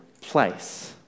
place